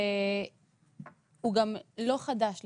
והוא לא חדש לצערי,